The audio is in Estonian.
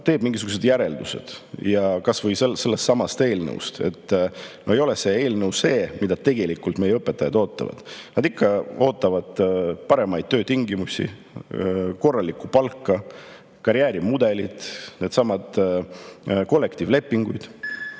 teeb mingisugused järeldused kas või sellestsamast eelnõust. Ei ole see eelnõu see, mida tegelikult meie õpetajad ootavad. Nad ikka ootavad paremaid töötingimusi, korralikku palka, karjäärimudelit, neidsamu kollektiivlepinguid.